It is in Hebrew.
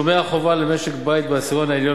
תשלומי החובה למשק-בית בעשירון העליון